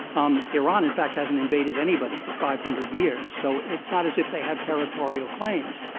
um iran in fact hasn't invaded anybody for five hundred years. so it's not as if they have territorial claims.